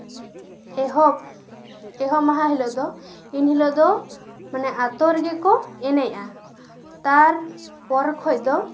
ᱮᱦᱚᱵ ᱮᱦᱚᱵ ᱢᱟᱦᱟ ᱦᱤᱞᱳᱜ ᱫᱚ ᱤᱱ ᱦᱤᱞᱳᱜ ᱫᱚ ᱢᱟᱱᱮ ᱟᱛᱳ ᱨᱮᱜᱮ ᱠᱚ ᱮᱱᱮᱡᱼᱟ ᱛᱟᱨᱯᱚᱨ ᱠᱷᱚᱡ ᱫᱚ